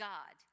God